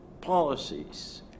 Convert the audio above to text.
policies